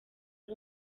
ari